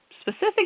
specific